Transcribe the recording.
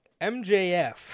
MJF